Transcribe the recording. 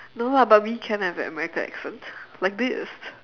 no lah but we can have american accent like this